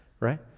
right